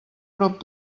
prop